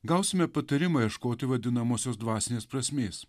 gausime patarimą ieškoti vadinamosios dvasinės prasmės